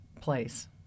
place